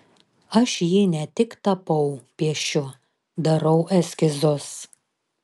aš jį ne tik tapau piešiu darau eskizus